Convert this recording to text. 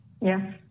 Yes